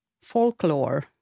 folklore